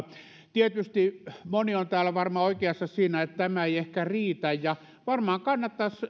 tietysti moni on täällä varmaan oikeassa siinä että tämä ei ehkä riitä ja varmaan kannattaisi